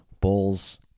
Bulls